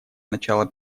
начала